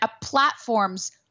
Platforms